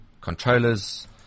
controllers